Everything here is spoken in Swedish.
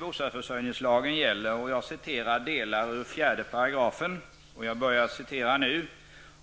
bostadsförsörjningslagen gäller följande: